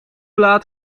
laat